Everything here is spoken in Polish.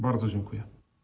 Bardzo dziękuję.